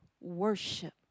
worship